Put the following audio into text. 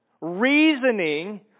reasoning